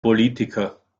politiker